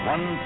One